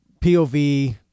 POV